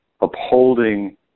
upholding